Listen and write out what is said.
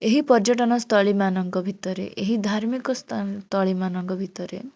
ଏହି ପର୍ଯ୍ୟଟନ ସ୍ଥଳୀମାନଙ୍କ ଭିତରେ ଏହି ଧାର୍ମିକ ସ୍ଥଳୀମାନଙ୍କ ଭିତରେ